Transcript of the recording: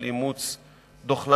של אימוץ דוח-לנגרמן,